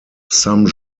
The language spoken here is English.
some